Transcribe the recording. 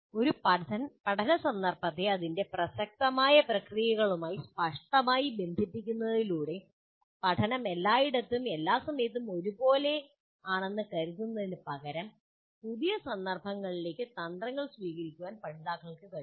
ഒരു പഠന സന്ദർഭത്തെ അതിന്റെ പ്രസക്തമായ പ്രക്രിയകളുമായി സ്പഷ്ടമായി ബന്ധിപ്പിക്കുന്നതിലൂടെ പഠനം എല്ലായിടത്തും എല്ലാ സമയത്തും ഒരു പോലെയാണെന്ന് കരുതുന്നതിനു പകരം പുതിയ സന്ദർഭങ്ങളിലേക്ക് തന്ത്രങ്ങൾ സ്വീകരിക്കാൻ പഠിതാക്കൾക്ക് കഴിയും